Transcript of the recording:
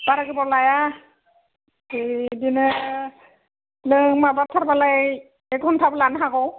बारा गोबाव लाया बिदिनो नों माबाथार बालाय एक घण्टाबो लानो हागौ